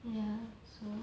ya so